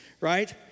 right